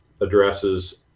addresses